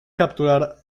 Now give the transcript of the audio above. capturar